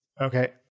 Okay